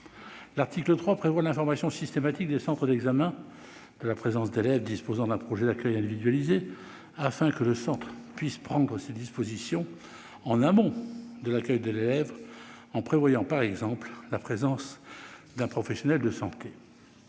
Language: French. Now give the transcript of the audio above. L'article 3 prévoit l'information systématique du centre d'examen de la présence d'élèves disposant d'un projet d'accueil individualisé afin qu'il puisse prendre ses dispositions en amont de leur accueil et prévoir, par exemple, la présence d'un professionnel de santé.